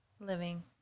Living